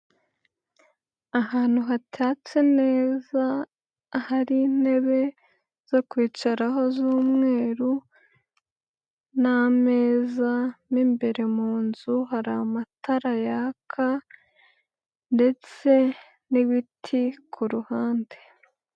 Ahantu hatatse neza, hari intebe, zo kwicaraho z'umweru, n'ameza mo imbere mu nzu hari amatara yaka, ndetse n'ibiti ku ruhande.